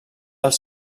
els